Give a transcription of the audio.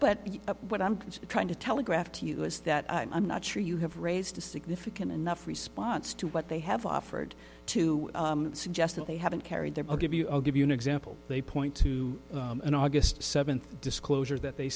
but what i'm trying to telegraph to you is that i'm not sure you have raised a significant enough response to what they have offered to suggest that they haven't carried their i'll give you i'll give you an example they point to an august seventh disclosure that they